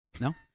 No